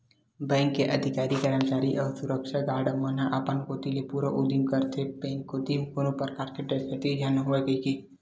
bank के अधिकारी, करमचारी अउ सुरक्छा गार्ड मन अपन कोती ले पूरा उदिम करथे के बेंक कोती कोनो परकार के डकेती झन होवय कहिके